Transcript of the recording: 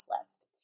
list